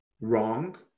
wrong